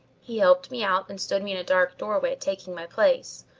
he helped me out and stood me in a dark doorway, taking my place.